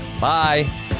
Bye